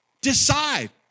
Decide